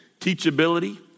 Teachability